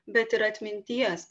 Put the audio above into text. bet ir atminties